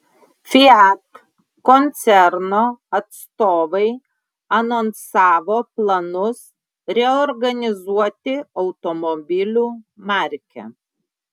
fiat koncerno atstovai anonsavo planus reorganizuoti automobilių markę